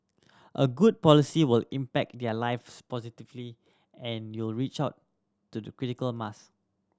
a good policy will impact their lives positively and you reach out to the critical mass